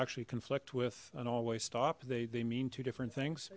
actually conflict with an all way stop they mean two different things